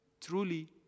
truly